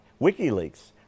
WikiLeaks